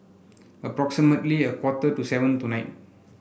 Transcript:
approximately a quarter to seven tonight